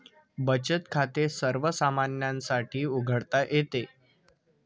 बचत खाते सर्वसामान्यांसाठी उघडता येते